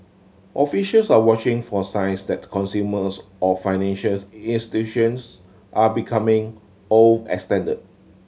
officials are watching for signs that consumers or financial institutions are becoming overextended